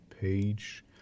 page